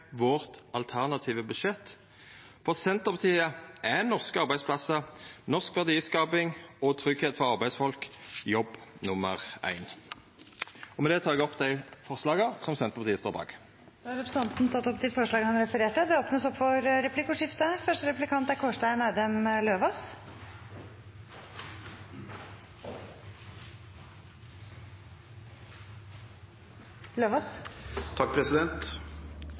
vårt alternative budsjett. For Senterpartiet er norske arbeidsplassar, norsk verdiskaping og tryggleik for arbeidsfolk jobb nummer éin. Med det tek eg opp dei forslaga som Senterpartiet står bak. Representanten Geir Pollestad har tatt opp de forslagene han refererte til. Det blir replikkordskifte.